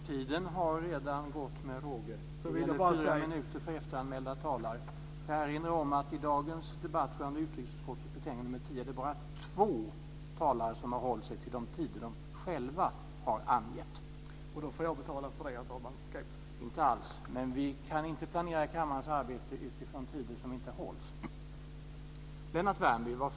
Tiden är redan slut, med råge. Det gäller fyra minuter för efteranmälda talare. Jag får erinra om att det i dagens debatt rörande utrikesutskottets betänkande nr 10 bara är två talare som har hållit sig till de tider som de själva har angett. Vi kan inte planera kammarens arbete utifrån tider som inte hålls.